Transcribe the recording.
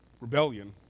rebellion